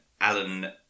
Alan